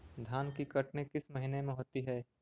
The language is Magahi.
धान की कटनी किस महीने में होती है?